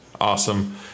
Awesome